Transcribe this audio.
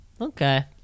Okay